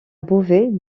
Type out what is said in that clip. beauvais